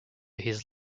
his